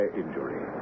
injury